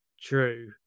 True